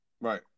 Right